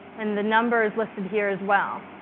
and the number is listed here as well